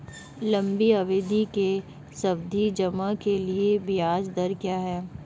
लंबी अवधि के सावधि जमा के लिए ब्याज दर क्या है?